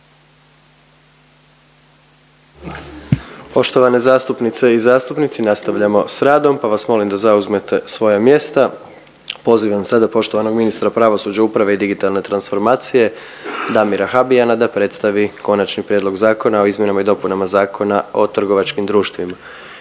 Poštovane zastupnice i zastupnici nastavljamo s radom pa vas molim da zauzmete svoja mjesta. Pozivam sada poštovanog ministra pravosuđa, uprave i digitalne transformacije Damira Habijana da predstavi Konačni prijedlog Zakona o izmjenama i dopunama Zakona o trgovačkim društvima.